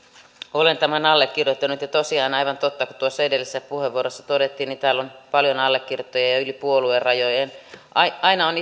olen tämän allekirjoittanut ja tosiaan aivan totta kuten tuossa edellisessä puheenvuorossa todettiin täällä on paljon allekirjoittajia ja yli puoluerajojen aina on